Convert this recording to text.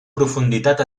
profunditat